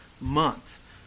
month